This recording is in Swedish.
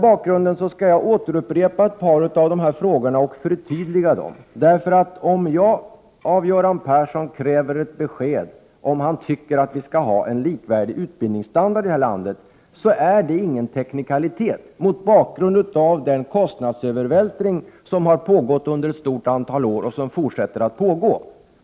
Jag skall upprepa några av mina frågor och förtydliga dem. Om jag av Göran Persson kräver ett besked om huruvida han tycker att vi skall ha en likvärdig utbildningsstandard i det här landet är det inga teknikaliteter, mot bakgrund av den kostnadsövervältring som pågått under ett stort antal år och som fortsätter.